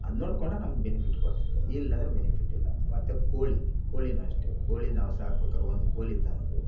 ಅದು ನೋಡಿಕೊಂಡ್ರೆ ನಮ್ಗೆ ಬೆನಿಫಿಟ್ ಕೊಡ್ತದೆ ಇಲ್ಲಂದರೆ ಬೆನಿಫಿಟ್ ಇಲ್ಲ ಮತ್ತು ಕೋಳಿ ಕೋಳಿ ಅಷ್ಟೆ ಕೋಳಿ ನಾವು ಸಾಕಬೇಕಾರೆ ಒಂದು ಕೋಳಿ ತಂದು